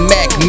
Mac